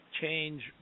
change